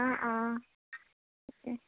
অঁ অঁ তাকে